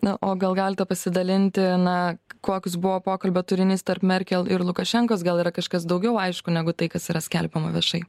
na o gal galite pasidalinti na koks buvo pokalbio turinys tarp merkel ir lukašenkos gal yra kažkas daugiau aišku negu tai kas yra skelbiama viešai